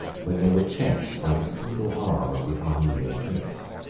when they were checked by the single arm of the armenian prince.